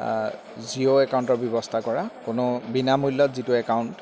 zero একাউণ্টৰ ব্যৱস্থা কৰা কোনো বিনামূল্যত যিটো একাউণ্ট